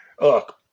Look